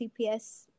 cps